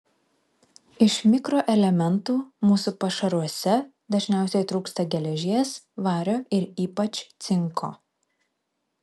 iš mikroelementų mūsų pašaruose dažniausiai trūksta geležies vario ir ypač cinko